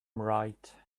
right